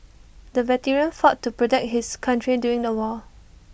the veteran fought to protect his country during the war